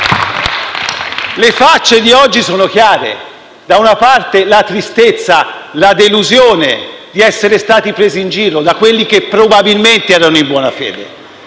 Le facce di oggi sono chiare: da una parte, c'è la tristezza e la delusione di essere stati presi in giro di quelli che probabilmente erano in buona fede;